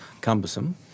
cumbersome